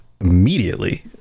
immediately